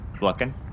Looking